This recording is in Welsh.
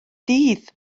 dydd